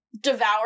devour